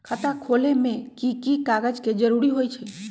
खाता खोले में कि की कागज के जरूरी होई छइ?